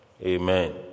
Amen